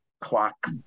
clock